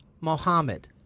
Mohammed